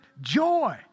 joy